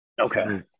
Okay